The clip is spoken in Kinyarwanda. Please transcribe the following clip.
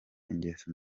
ingeso